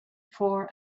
for